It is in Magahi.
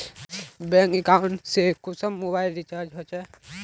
बैंक अकाउंट से कुंसम मोबाईल रिचार्ज होचे?